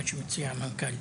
מה שהציע המנכ"ל.